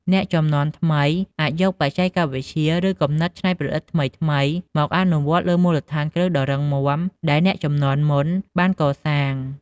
អ្នកជំនាន់ថ្មីអាចយកបច្ចេកវិទ្យា ឬគំនិតច្នៃប្រឌិតថ្មីៗមកអនុវត្តលើមូលដ្ឋានគ្រឹះដ៏រឹងមាំដែលអ្នកជំនាន់មុនបានកសាងទុក។